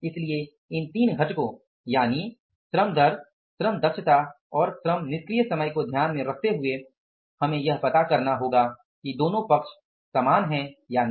इसलिए इन 3 घटकों यानि श्रम दर श्रम दक्षता और श्रम निष्क्रिय समय को ध्यान में रखते हुए हमें यह पता करना होगा कि दोनों पक्ष समान हैं या नहीं